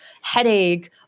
headache